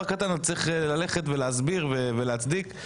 קטן אתה צריך ללכת ולהסביר ולהצדיק.